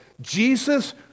Jesus